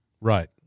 Right